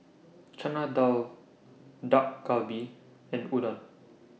Chana Dal Dak Galbi and Udon